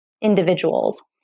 individuals